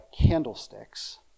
candlesticks